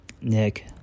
Nick